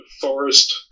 forest